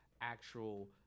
actual